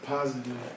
Positive